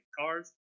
cars